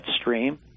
stream